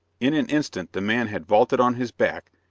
in an instant the man had vaulted on his back,